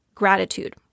gratitude